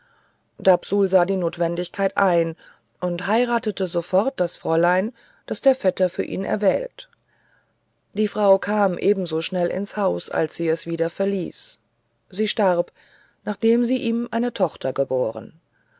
sah die notwendigkeit ein und heiratete sofort das fräulein das der vetter für ihn erwählt die frau kam ebenso schnell ins haus als sie es wieder verließ sie starb nachdem sie ihm eine tochter geboren